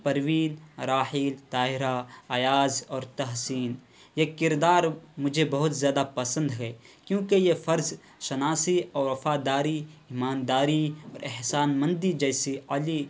پروین راحیل طاہرہ ایاز اور تحسین یہ کردار مجھے بہت زیادہ پسند ہے کیونکہ یہ فرض شناسی اور وفاداری ایمانداری اور احسان مندی جیسی علی